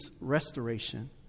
restoration